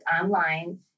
online